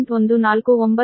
532 j1